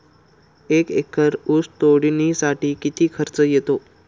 एक एकर ऊस तोडणीसाठी किती खर्च येतो?